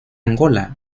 angola